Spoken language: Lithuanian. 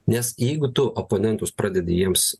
nes jeigu tu oponentus pradedi jiems